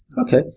Okay